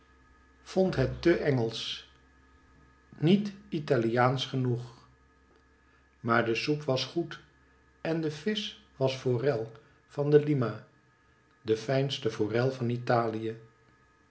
vond het te engelsch met italiaansch genoeg maar de soep was goed en de visch was forel van de lima de fijnste forel van italie